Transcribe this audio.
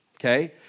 okay